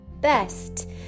best